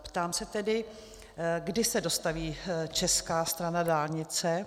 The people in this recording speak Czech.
Ptám se tedy, kdy se dostaví česká strana dálnice.